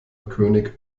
könig